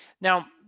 Now